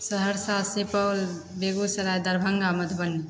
Saharsa Supaul Begusarai Darbhanga Madhubani